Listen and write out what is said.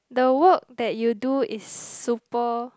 the work that you do is super